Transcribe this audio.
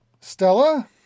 Stella